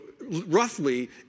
roughly